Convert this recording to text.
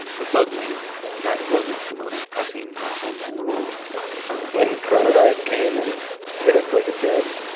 but suddenly that wasn't the most pressing problem in the world when coronavirus came and hit us like it did,